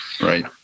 right